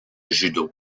judo